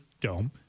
dome